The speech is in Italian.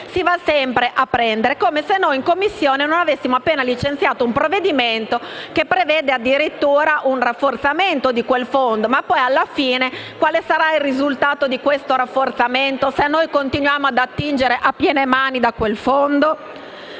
si va sempre a prendere, come se in Commissione non avessimo appena licenziato un provvedimento che prevede addirittura un rafforzamento di quel Fondo. Ma poi, alla fine, quale sarà il risultato di questo rafforzamento se noi continuiamo ad attingere a piene mani da quel Fondo?